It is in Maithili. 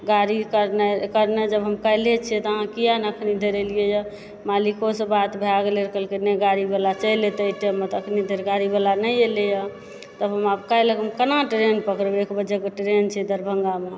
गाड़ी करनाइ करनाइ जब हम काल्हिये छियै तऽ अहाँ किएक नहि एखन धरि अयलियै यऽ मालिकोसँ बात भए गेलय कहलकइ नहि गाड़ीवला चलि एतय टाइममे तऽ एखन धरि गाड़ीवला नहि अयलैया तब हम आब काल्हि केना ट्रेन पकड़बय एक बजेके ट्रेन छै दरभंगामे